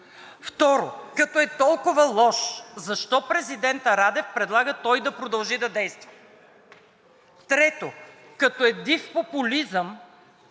Второ, като е толкова лош, защо президентът Радев предлага той да продължи да действа? Трето, като е див популизъм,